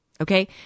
Okay